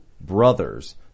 brothers